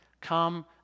Come